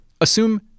assume